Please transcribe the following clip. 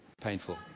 painful